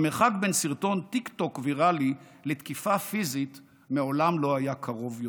המרחק בין סרטון טיקטוק ויראלי לתקיפה פיזית מעולם לא היה קרוב יותר.